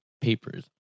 Papers